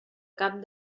cap